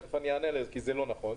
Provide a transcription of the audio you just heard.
שזה לא נכון,